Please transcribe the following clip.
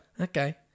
Okay